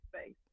space